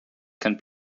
can